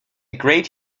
great